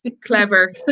clever